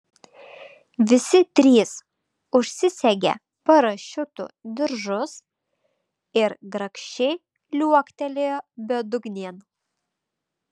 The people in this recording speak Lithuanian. visi trys užsisegė parašiutų diržus ir grakščiai liuoktelėjo bedugnėn